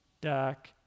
duck